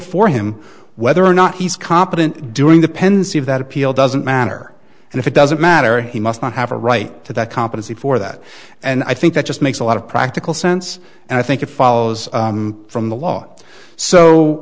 for him whether or not he's competent during the pendency of that appeal doesn't matter and if it doesn't matter he must not have a right to that competency for that and i think that just makes a lot of practical sense and i think it follows from the law so